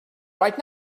right